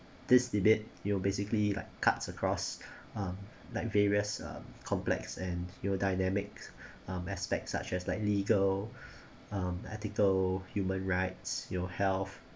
this debate you know basically like cuts across um like various um complex and you know dynamics um aspects such as like legal um article human rights you know health